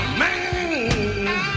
man